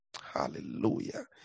Hallelujah